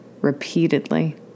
repeatedly